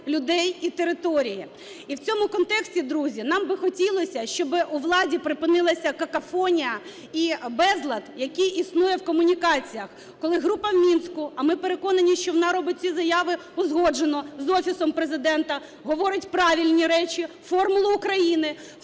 людей і території. І в цьому контексті, друзі, нам би хотілося, щоб у владі припинилася какофонія і безлад, який існує в комунікаціях, коли група в Мінську, а ми переконані, що вона робить ці заяви узгоджено з Офісом Президента, говорить правильні речі: "формулу України".